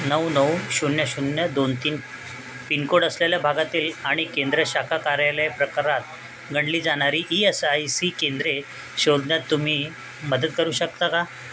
नऊ नऊ शून्य शून्य दोन तीन पिनकोड असलेल्या भागातील आणि केंद्र शाखा कार्यालय प्रकारात गणली जाणारी ई एस आय सी केंद्रे शोधण्यात तुम्ही मदत करू शकता का